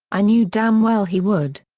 i knew damn well he would.